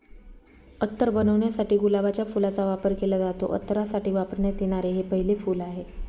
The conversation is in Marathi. अत्तर बनवण्यासाठी गुलाबाच्या फुलाचा वापर केला जातो, अत्तरासाठी वापरण्यात येणारे हे पहिले फूल आहे